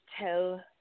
tell